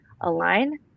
align